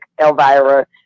Elvira